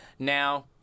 Now